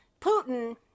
putin